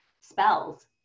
spells